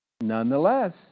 Nonetheless